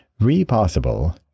Repossible